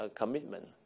commitment